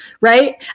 right